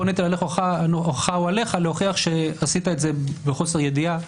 פה נטל ההוכחה הוא עליך להוכיח שעשית את זה בחוסר ידיעה.